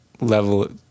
level